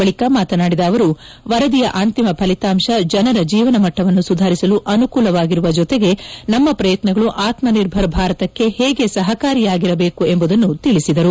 ಬಳಿಕ ಮಾತನಾಡಿದ ಅವರು ವರದಿಯ ಅಂತಿಮ ಫಲಿತಾಂಶ ಜನರ ಜೀವನ ಮಟ್ಟವನ್ನು ಸುಧಾರಿಸಲು ಅನುಕೂಲಕರವಾಗಿರುವ ಜತೆಗೆ ನಮ್ಮ ಪ್ರಯತ್ನಗಳು ಆತ್ಸನಿರ್ಭರ್ ಭಾರತಕ್ಕೆ ಹೇಗೆ ಸಹಕಾರಿಯಾಗಿರಬೇಕು ಎಂಬುದನ್ನು ತಿಳಿಸಿದರು